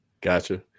Gotcha